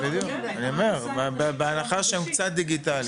אני אומר, בהנחה שהם קצת דיגיטליים.